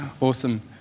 Awesome